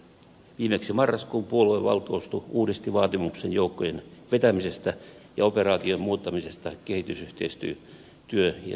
viimeksi marraskuun puoluevaltuusto uudisti vaatimuksen joukkojen vetämisestä ja operaation muuttamisesta kehitysyhteistyö ja siviilikriisinhallintatoiminnaksi